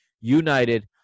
United